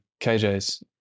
KJs